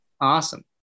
Awesome